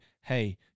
hey